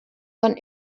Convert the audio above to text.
von